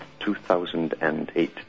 2008